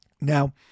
Now